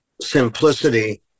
simplicity